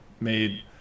made